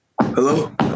Hello